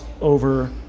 over